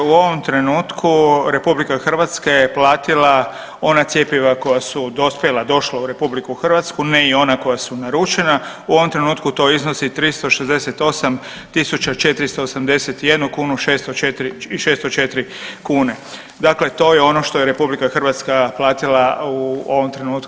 U ovom trenutku RH je platila ona cjepiva koja su dospjela, došla u RH ne i ona koja su naručena u ovom trenutku to iznosi 368.481,604 kune dakle to je ono što je RH platila u ovom trenutku.